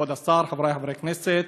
כבוד השר, חברי חברי הכנסת,